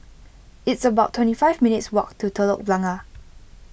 it's about twenty five minutes' walk to Telok Blangah